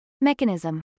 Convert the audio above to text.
Mechanism